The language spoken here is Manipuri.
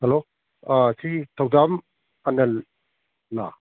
ꯍꯜꯂꯣ ꯑꯥ ꯁꯤ ꯊꯧꯗꯥꯝ ꯑꯥꯅꯜꯂꯥ